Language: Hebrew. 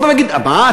כל פעם יגידו: מה,